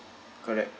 correct